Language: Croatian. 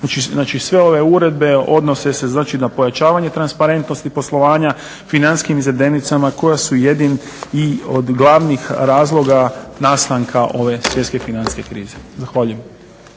Znači sve ove uredbe odnose se na pojačavanje transparentnosti poslovanja, financijskim izvedenicama koje su jedne od glavnih razloga nastanka ove svjetske financijske krize. Zahvaljujem.